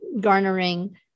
garnering